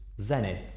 Zenith